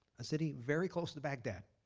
a city very close to baghdad